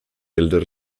elder